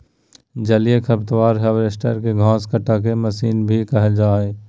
जलीय खरपतवार हार्वेस्टर, के घास काटेके मशीन भी कहल जा हई